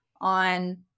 on